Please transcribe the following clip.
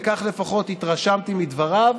כך לפחות התרשמתי מדבריו,